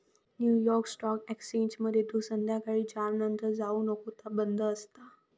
new York stock एक्सचेंजमध्ये तू संध्याकाळी चार नंतर जाऊ नको ता बंद असता